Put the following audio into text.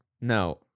No